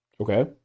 Okay